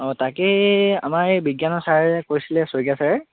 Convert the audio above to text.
অঁ তাকেই এই আমাৰ এই বিজ্ঞানৰ ছাৰে কৈছিলে শইকীয়া ছাৰে